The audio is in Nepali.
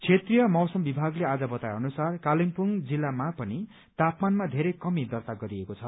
क्षेत्रीय मौसम विभागले आज बताए अनुसार कालेवुङ जिल्लामा पनि तापमानमा धेरै कमी दर्ता गरिएको छ